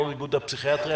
יו"ר איגוד הפסיכיאטריה.